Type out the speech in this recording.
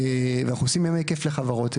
היום אנחנו עושים ימי כיף לחברות,